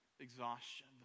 Exhaustion